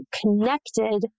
connected